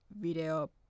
video